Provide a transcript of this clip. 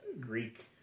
Greek